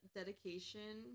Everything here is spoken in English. dedication